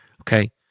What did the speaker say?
okay